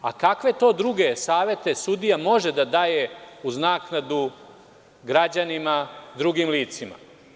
A kakve to druge savete sudija može da daje uz naknadu građanima, drugim licima?